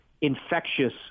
infectious